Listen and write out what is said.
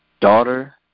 daughter